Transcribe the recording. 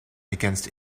against